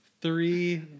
three